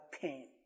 pain